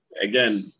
again